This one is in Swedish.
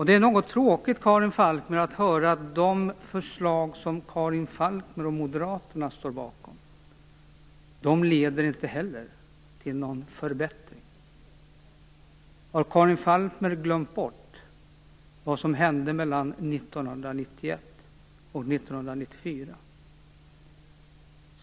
Det är tråkigt att höra att inte heller de förslag som Karin Falkmer och Moderaterna står bakom leder till någon förbättring. Har Karin Falkmer glömt bort vad som hände mellan 1991 och 1994?